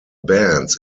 bands